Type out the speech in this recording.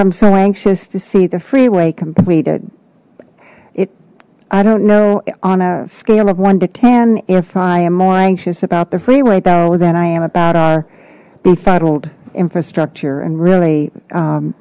i'm so anxious to see the freeway completed it i don't know on a scale of one to ten if i am more anxious about the freeway though than i am about our befuddled infrastructure and really